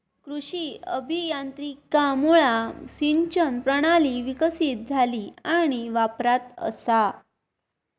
कृषी अभियांत्रिकीमुळा सिंचन प्रणाली विकसीत झाली आणि वापरात असा